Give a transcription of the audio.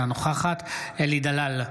אינה נוכחת אלי דלל,